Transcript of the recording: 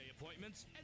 appointments